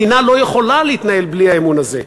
מדינה לא יכולה להתנהל בלי האמון הזה.